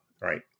right